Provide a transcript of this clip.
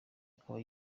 akaba